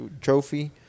trophy